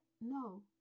No